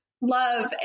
love